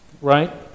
Right